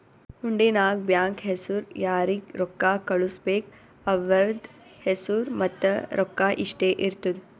ಹುಂಡಿ ನಾಗ್ ಬ್ಯಾಂಕ್ ಹೆಸುರ್ ಯಾರಿಗ್ ರೊಕ್ಕಾ ಕಳ್ಸುಬೇಕ್ ಅವ್ರದ್ ಹೆಸುರ್ ಮತ್ತ ರೊಕ್ಕಾ ಇಷ್ಟೇ ಇರ್ತುದ್